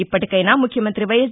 ఇప్పటికైనా ముఖ్యమంత్రి వైఎస్